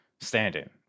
standing